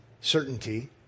certainty